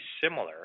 similar